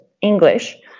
English